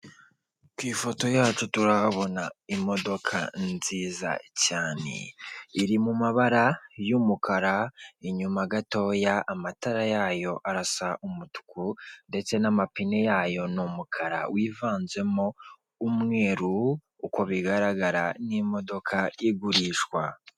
Ku ifoto yacu turahabona imodoka nziza cyane, iri mu mabara y'umukara inyuma gatoya amatara yayo arasa umutuku, ndetse n'amapine yayo ni umukara wivanzemo umweru, uko bigaragara ni imodoka igurishwa.